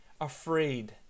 afraid